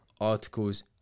articles